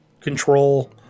Control